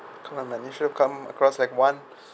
come on you sure come across like one